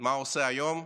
מה הוא עושה היום?